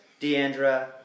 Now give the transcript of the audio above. Deandra